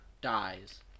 dies